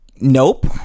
nope